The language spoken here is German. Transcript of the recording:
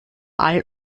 all